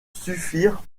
suffire